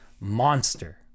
monster